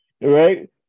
right